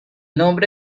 nombre